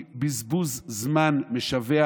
היא בזבוז זמן משווע,